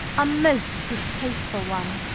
a most distasteful one.